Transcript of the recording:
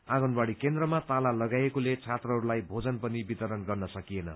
आँगनबाड़ी केन्द्रमा ताला लगाइएकोले छात्ररूलाई भोजन पनि वितरण गर्न सकिएन